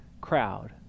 crowd